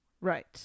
Right